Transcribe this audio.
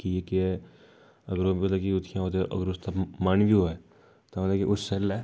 कि अगर उसदा मन बी होऐ तां कि ओह् उसले